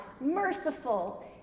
merciful